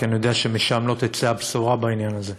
כי אני יודע שמשם לא תצא הבשורה בעניין הזה.